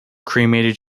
cremated